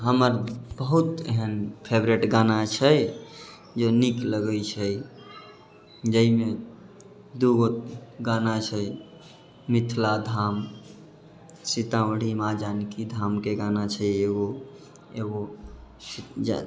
हमर बहुत एहन फेवरेट गाना छै जे निक लगैत छै जाहिमे दूगो गाना छै मिथिला धाम सीतामढ़ी माँ जानकी धामके गाना छै एगो एगो जा